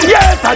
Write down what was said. Yes